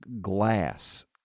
glass